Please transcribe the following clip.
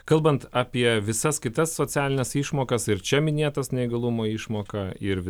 kalbant apie visas kitas socialines išmokas ir čia minėtas neįgalumo išmoką ir